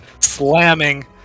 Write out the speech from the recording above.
slamming